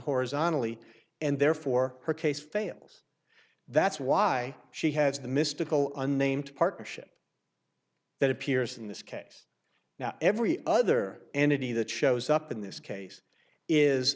horizontally and therefore her case fails that's why she has the mystical unnamed partnership that appears in this case now every other entity that shows up in this case is